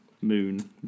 Moon